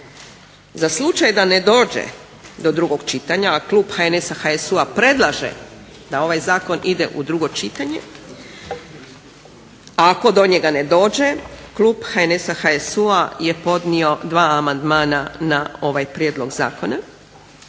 Za slučaj da ne dođe do drugog čitanja, a klub HNS-HSU-a predlaže da ovaj zakon ide u drugo čitanje, a ako do njega ne dođe klub HNS-HSU-a je podnio 2 amandmana na ovaj prijedlog zakona.